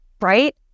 Right